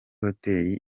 hotel